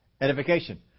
edification